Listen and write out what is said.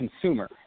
consumer